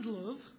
love